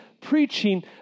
preaching